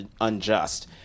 unjust